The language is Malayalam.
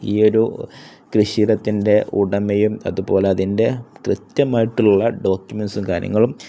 ഈ ഒരു കൃഷി ഇടത്തിൻ്റെ ഉടമയും അതുപോലെ അതിൻ്റെ കൃത്യമായിട്ടുള്ള ഡോക്യമെൻറ്സും കാര്യങ്ങളും